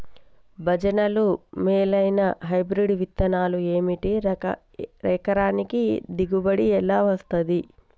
భజనలు మేలైనా హైబ్రిడ్ విత్తనాలు ఏమిటి? ఎకరానికి దిగుబడి ఎలా వస్తది?